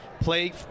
play